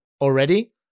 already